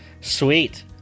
sweet